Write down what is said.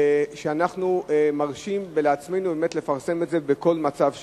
שאנחנו מרשים לעצמנו לפרסם את זה בכל מצב שהוא.